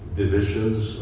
divisions